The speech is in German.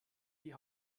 die